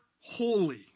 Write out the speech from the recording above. holy